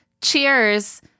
cheers